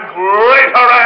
greater